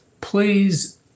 please